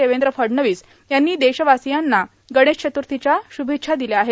देवेंद्र फडणवीस यांनी देशवासियांना गणेश चथ्रर्तीच्या शुभेच्छा दिल्या आहेत